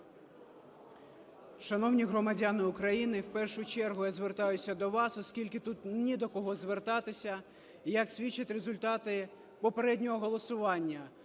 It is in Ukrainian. Шановні громадяни України, в першу чергу я звертаюся до вас, оскільки тут ні до кого звертатися, і, як свідчать результати попереднього голосування,